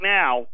now